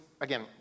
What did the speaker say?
Again